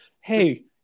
Hey